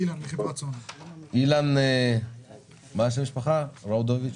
אילן, חברת סונול,